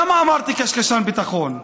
למה אמרתי "קשקשן ביטחון"?